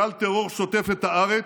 גל טרור שוטף את הארץ,